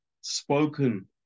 spoken